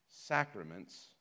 sacraments